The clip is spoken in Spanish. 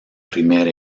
primer